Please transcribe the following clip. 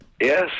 Yes